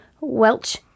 Welch